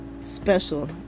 special